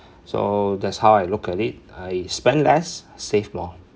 so that's how I look at it I spend less save more